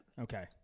Okay